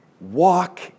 Walk